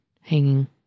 hanging